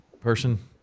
person